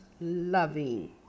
loving